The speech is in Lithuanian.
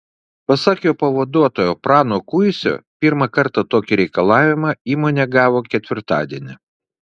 pasak jo pavaduotojo prano kuisio pirmą kartą tokį reikalavimą įmonė gavo ketvirtadienį